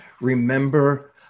remember